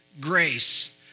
Grace